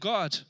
God